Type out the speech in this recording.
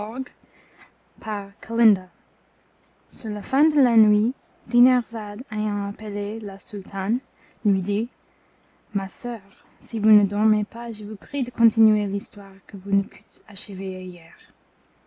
la sultane ma chère soeur si vous ne dormez pas je vous prie de continuer l'histoire du